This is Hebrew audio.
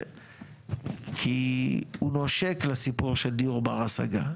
כי הוא נושק לסיפור של דיור בר השגה.